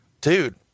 dude